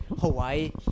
Hawaii